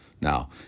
now